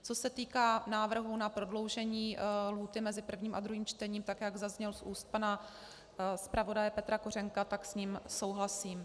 Co se týká návrhu na prodloužení lhůty mezi prvním a druhým čtením, jak zazněl z úst pana zpravodaje Petra Kořenka, tak s ním souhlasím.